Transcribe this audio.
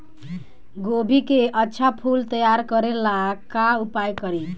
गोभी के अच्छा फूल तैयार करे ला का उपाय करी?